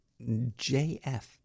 JF